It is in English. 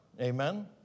amen